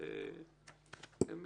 אמי,